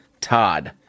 Todd